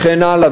וכן הלאה,